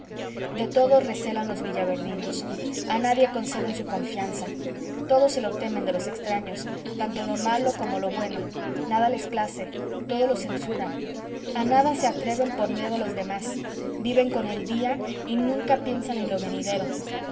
de todo recelan los villaverdinos a nadie conceden su confianza todo se lo temen de los extraños tanto lo malo como lo bueno nada les place todo lo censuran a nada se atreven por miedo a los demás viven con el día y nunca piensan en lo venidero